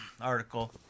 article